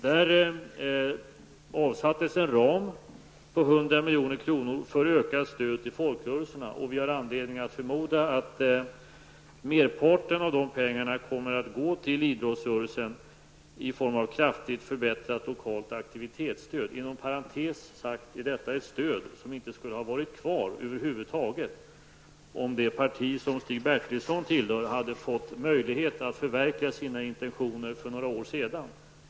Där avsattes en ram på 100 miljoner kronor för ökat stöd till folkrörelserna. Vi har anledning att förmoda att merparten av de pengarna kommer att gå till idrottsrörelsen i form av kraftigt förbättrat lokalt aktivitetsstöd. Inom parentes sagt är detta ett stöd som över huvud taget inte skulle ha varit kvar om det parti som Stig Bertilsson tillhör hade fått möjlighet att förverkliga sina intentioner för några år sedan.